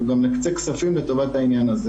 אנחנו נקצה כספים לטובת העניין הזה.